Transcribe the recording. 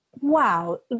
wow